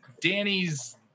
danny's